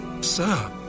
Sir